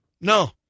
no